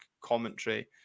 commentary